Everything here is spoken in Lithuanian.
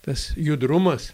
tas judrumas